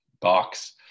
box